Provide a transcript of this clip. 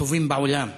הטובים בעולם.